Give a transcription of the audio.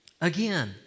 Again